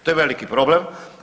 To je veliki problem.